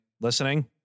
listening